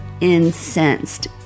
incensed